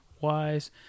wise